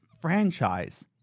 franchise